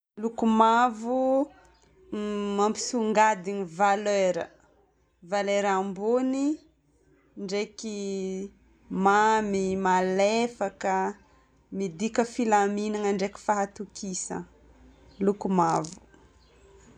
Loko mavo mampisongadigny valeur. Valeur ambony ndraiky mamy, malefaka. Midika filamignana ndraiky fahatokisagna. Loko mavo.